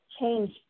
Change